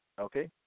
okay